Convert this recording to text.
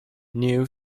new